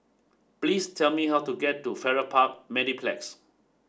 please tell me how to get to Farrer Park Mediplex